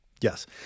Yes